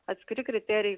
atskiri kriterijai